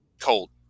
cold